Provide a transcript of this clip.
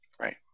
right